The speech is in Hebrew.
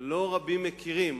לא רבים מכירים,